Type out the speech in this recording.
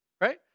Right